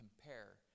compare